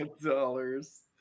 Dollars